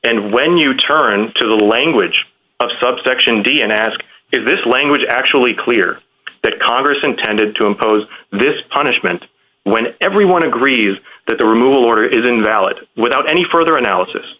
and when you turn to the language of subsection d and ask if this language actually clear that congress intended to impose this punishment when everyone agrees that the removal order is invalid without any further